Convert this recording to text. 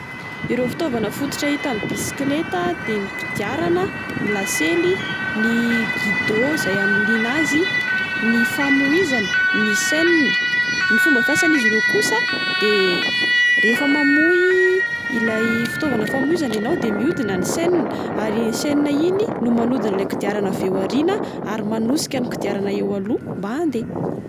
Ireo fitaovana fototra hita amin'ny bisikleta dia ny kodiarana, ny lasely ,ny gidô izay amiliana azy, ny famoizana, ny chaîne. Ny fomba fiasan'izy ireo kosa de rehefa mamoyilay fitaovana famoizana enao de mihodina ny chaîne. Ary iny chaîne iny no manodina kodiarana ao aorina ary manosika ny kodiarana eo aloha mba handeha.